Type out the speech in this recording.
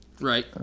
Right